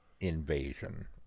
invasion